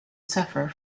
suffer